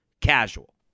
Casual